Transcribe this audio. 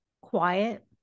quiet